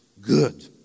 good